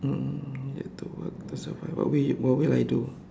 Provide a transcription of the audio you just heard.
um need to work to survive what will what will I do